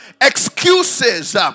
Excuses